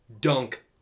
dunk